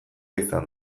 izan